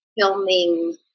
filming